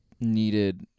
needed